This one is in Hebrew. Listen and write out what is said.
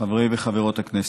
חברי וחברות הכנסת,